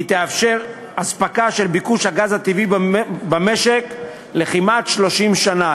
היא תאפשר אספקה של ביקוש הגז הטבעי במשק כמעט ל-30 שנה,